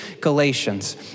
Galatians